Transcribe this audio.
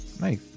nice